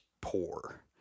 poor